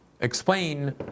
explain